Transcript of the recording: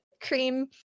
cream